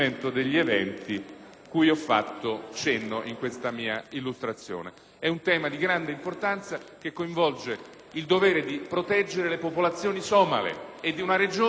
cui ho fatto cenno in questa mia illustrazione. È un tema di grande importanza, che coinvolge il dovere di proteggere le popolazioni somale, di una regione in cui